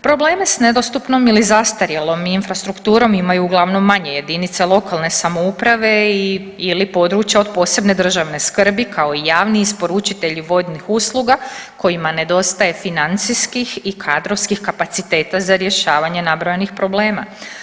Probleme sa nedostupnom ili zastarjelom infrastrukturom imaju uglavnom manje jedinice lokalne samouprave ili područja od posebne državne skrbi kao i javni isporučitelji vodnih usluga kojima nedostaje financijskih i kadrovskih kapaciteta za rješavanje nabrojenih problema.